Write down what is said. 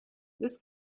this